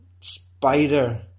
spider